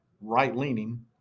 right-leaning